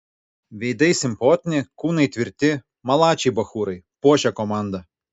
veidai simpotni kūnai tvirti malačiai bachūrai puošia komandą